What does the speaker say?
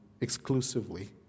exclusively